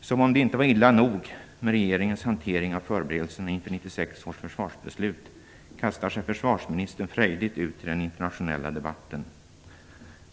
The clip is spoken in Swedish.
Som om det inte var illa nog med regeringens hantering av förberedelserna inför 1996 års försvarsbeslut kastar sig försvarsministern frejdigt ut i den internationella debatten.